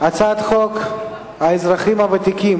הצעת החוק תמשיך להידון בוועדה המשותפת,